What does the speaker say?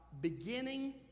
Beginning